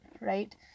right